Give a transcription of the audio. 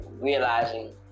realizing